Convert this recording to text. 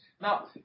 Now